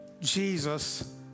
Jesus